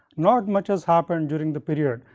not much has happened during the period,